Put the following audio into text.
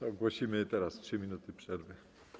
Ogłosimy teraz 3 minuty przerwy.